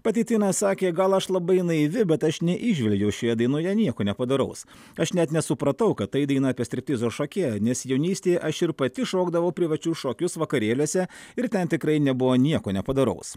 pati tina sakė gal aš labai naivi bet aš neįžvelgiau šioje dainoje nieko nepadoraus aš net nesupratau kad tai daina apie striptizo šokėją nes jaunystėj aš ir pati šokdavau privačius šokius vakarėliuose ir ten tikrai nebuvo nieko nepadoraus